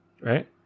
right